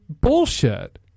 bullshit